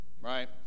Right